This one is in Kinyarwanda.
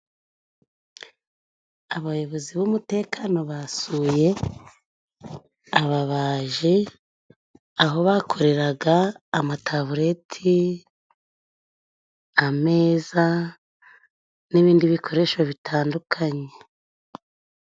Abayobozi b'umutekano ,basuye ababaji aho bakoreraga ,amatabureti, ameza ,n'ibindi bikoresho bitandukanye.